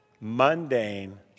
mundane